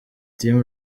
team